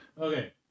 Okay